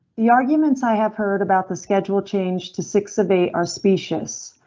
the arguments i have heard about the schedule change to six of eight are specious,